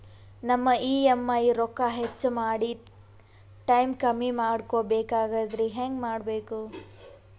ನಮ್ಮ ಇ.ಎಂ.ಐ ರೊಕ್ಕ ಹೆಚ್ಚ ಮಾಡಿ ಟೈಮ್ ಕಮ್ಮಿ ಮಾಡಿಕೊ ಬೆಕಾಗ್ಯದ್ರಿ ಹೆಂಗ ಮಾಡಬೇಕು?